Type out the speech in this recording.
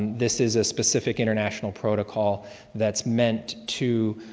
this is a specific international protocol that's meant to